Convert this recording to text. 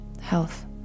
health